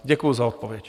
Děkuji za odpověď.